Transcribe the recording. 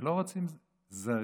הם לא רוצים "זרים".